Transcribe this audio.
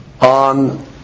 on